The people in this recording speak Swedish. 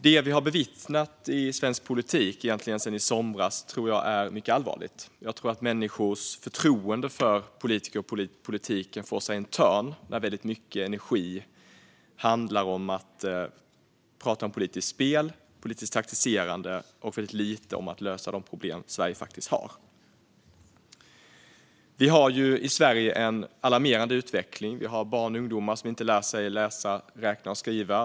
Det vi har bevittnat i svensk politik sedan i somras är mycket allvarligt. Jag tror att människors förtroende för politiker och politiken får sig en törn när väldigt mycket energi går till att prata om politiskt spel och taktiserande i stället för till att lösa de problem Sverige faktiskt har. Vi har en alarmerande utveckling i Sverige. Vi har barn och ungdomar som inte lär sig att läsa, skriva och räkna.